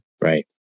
Right